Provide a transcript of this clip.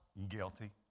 Guilty